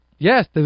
Yes